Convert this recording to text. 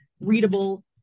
readable